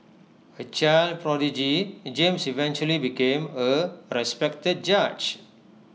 A child prodigy James eventually became A respected judge